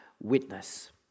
witness